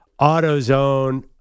AutoZone